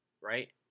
right